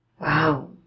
Wow